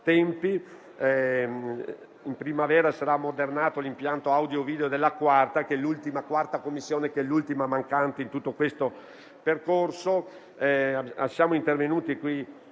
In primavera sarà ammodernato l'impianto audio-video della 4a Commissione, che è l'ultima mancante in questo percorso.